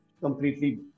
completely